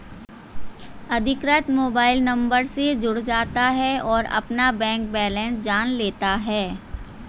अधिकृत mobile number से जुड़ जाता है और अपना बैंक बेलेंस जान लेता है